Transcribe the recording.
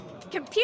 Computer